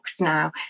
now